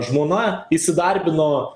žmona įsidarbino